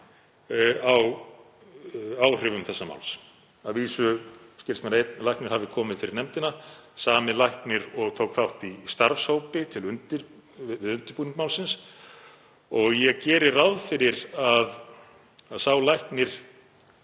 á áhrifum þessa máls. Að vísu skilst mér að einn læknir hafi komið fyrir nefndina, sami læknir og tók þátt í starfshópi við undirbúning málsins og ég geri ráð fyrir að sá læknir